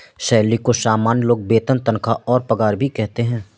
salary को सामान्य लोग वेतन तनख्वाह और पगार भी कहते है